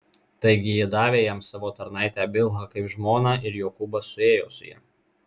taigi ji davė jam savo tarnaitę bilhą kaip žmoną ir jokūbas suėjo su ja